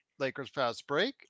LakersFastBreak